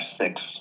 six